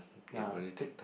ya take